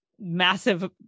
Massive